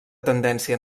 tendència